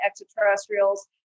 extraterrestrials